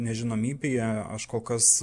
nežinomybėje aš kol kas